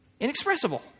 Inexpressible